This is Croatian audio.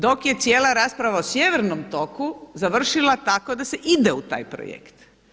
Dok je cijela rasprava o sjevernom toku završila tako da se ide u taj projekt.